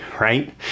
right